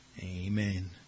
Amen